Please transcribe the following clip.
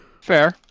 Fair